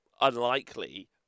unlikely